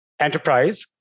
Enterprise